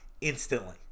instantly